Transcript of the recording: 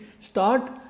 start